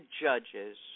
judges